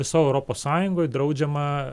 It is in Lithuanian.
visoj europos sąjungoj draudžiama